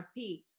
RFP